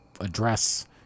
address